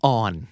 on